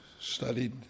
studied